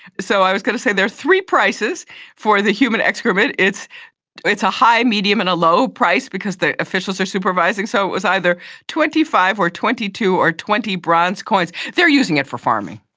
so i was going to say, there were three prices for the human excrement. it's it's a high, medium and a low price because the officials are supervising, so it was either twenty five or twenty two or twenty bronze coins. they are using it for farming.